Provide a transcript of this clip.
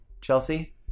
Chelsea